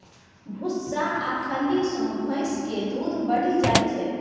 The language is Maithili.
भुस्सा आ खल्ली सँ भैंस केर दूध बढ़ि जाइ छै